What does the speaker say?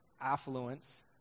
affluence